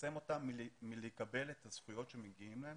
חוסם אותו מלקבל את הזכויות שמגיעות לו.